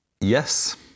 yes